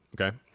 okay